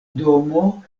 domo